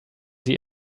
sie